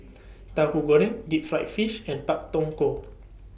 Tahu Goreng Deep Fried Fish and Pak Thong Ko